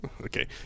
Okay